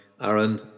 Aaron